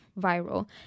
viral